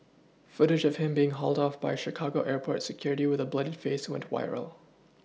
footage of him being hauled off by Chicago airport security with a bloodied face went viral